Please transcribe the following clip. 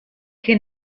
che